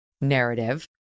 narrative